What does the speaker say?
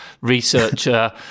researcher